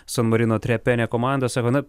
san marino trepene komandą sako na